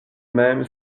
même